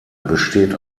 besteht